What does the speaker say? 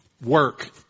Work